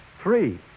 Three